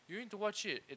you need to watch it it